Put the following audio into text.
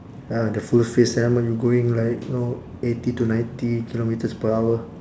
ya the full face helmet you going like know eighty to ninety kilometres per hour